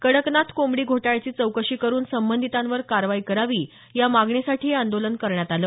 कडकनाथ कोंबडी घोटाळ्याची चौकशी करून संबंधितावर कारवाई करावी या मागणीसाठी हे आंदोलन करण्यात आलं